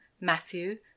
Matthew